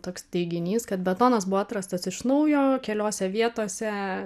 toks teiginys kad betonas buvo atrastas iš naujo keliose vietose